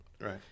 Right